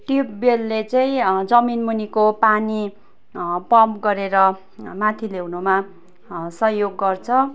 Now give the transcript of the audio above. ट्युबवेलले चाहिँ जमिन मुनिको पानी पम्प गरेर माथि ल्याउनुमा सहयोग गर्छ